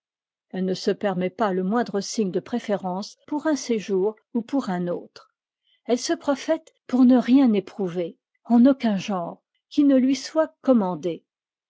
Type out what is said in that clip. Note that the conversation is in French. elle ne se permet pas le moindre signe de préférence pour un séjour ou pour un autre elle se croit faite pour ne rien éprouver en aucun genre qui ne lui soit commandé